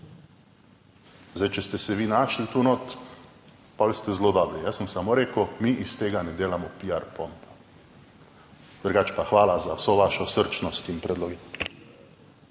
Zdaj, če ste se vi našli tu notri, potem ste zelo dobri, jaz sem samo rekel mi iz tega ne delamo piar pompa, drugače pa hvala za vso vašo srčnost in predlogi.